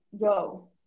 Yo